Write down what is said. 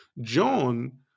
John